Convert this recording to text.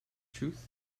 truth